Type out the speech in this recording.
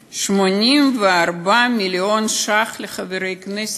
884 מיליון ש"ח לחברי כנסת,